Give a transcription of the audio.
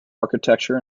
architecture